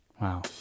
Wow